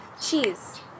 Cheese